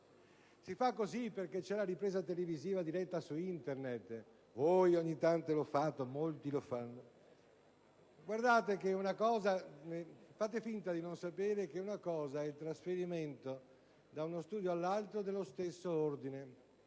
Si fa così perché c'è la ripresa diretta televisiva su Internet: io ogni tanto l'ho fatto. Molti lo fanno! Fate finta di non sapere che una cosa è il trasferimento da uno studio all'altro all'interno dello